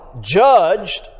judged